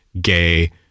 gay